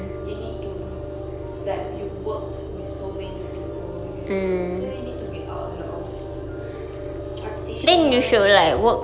you need to like you worked with so many people you know so you need to be out a lot of